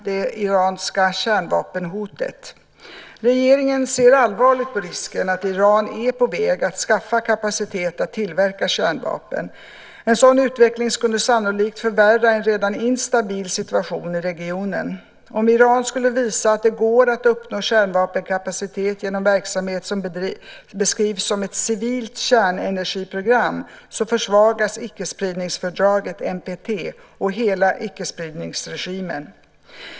Fru talman! Mikael Oscarsson har frågat vilka åtgärder jag avser att vidta för att undanröja det iranska kärnvapenhotet. Regeringen ser allvarligt på risken att Iran är på väg att skaffa kapacitet att tillverka kärnvapen. En sådan utveckling skulle sannolikt förvärra en redan instabil situation i regionen. Om Iran skulle visa att det går att uppnå kärnvapenkapacitet genom verksamhet som beskrivs som ett civilt kärnenergiprogram så försvagas icke-spridningsfördraget NPT och hela icke-spridningsregimen.